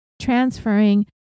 transferring